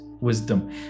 wisdom